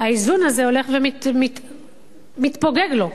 האיזון הזה הולך ומתפוגג לו,